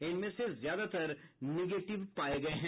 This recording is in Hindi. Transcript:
इनमें से ज्यादातर निगेटिव पाये गये हैं